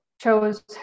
chose